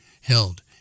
held